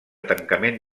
tancament